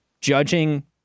judging